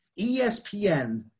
ESPN